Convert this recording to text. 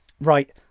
right